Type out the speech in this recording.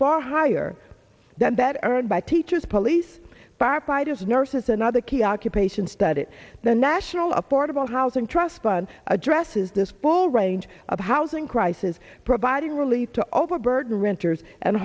far higher than that earned by teachers police firefighters nurses and other key occupations studded the national affordable housing trust fund addresses this poll range of housing prices providing relief to overburden renters and